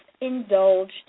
indulged